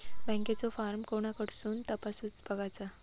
बँकेचो फार्म कोणाकडसून तपासूच बगायचा?